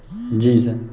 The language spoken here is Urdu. جی سر